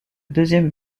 deuxième